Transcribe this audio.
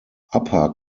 upper